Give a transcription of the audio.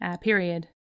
period